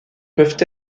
peuvent